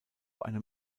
einem